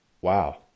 Wow